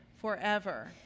Forever